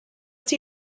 die